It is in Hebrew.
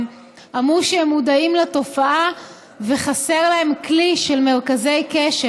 הם אמרו שהם מודעים לתופעה וחסר להם כלי של מרכזי קשר.